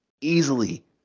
Easily